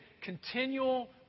continual